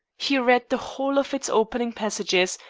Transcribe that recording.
he read the whole of its opening passages,